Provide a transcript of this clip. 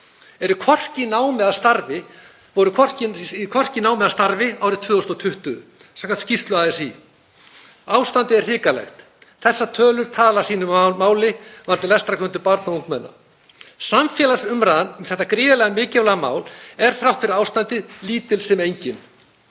voru hvorki í námi eða starfi árið 2020 samkvæmt skýrslu ASÍ. Ástandið er hrikalegt. Þessar tölur tala sínu máli um lestrarkunnáttu barna og ungmenna. Samfélagsumræðan um þetta gríðarlega mikilvæga mál er þrátt fyrir ástandið lítil sem engin.